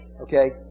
Okay